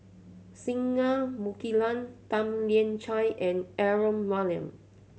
Singai Mukilan Tan Lian Chye and Aaron Maniam